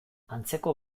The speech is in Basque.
antzeko